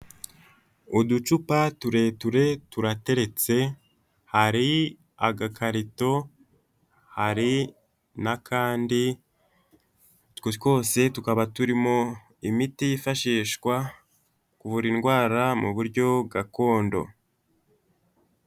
Uducupa tureture turateretse, hari agakarito, hari n'akandi, utwo twose tukaba turimo imiti yifashishwa kuvura indwara mu buryo gakondo.